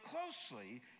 closely